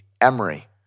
Emory